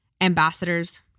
Ambassadors